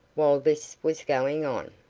while this was going on.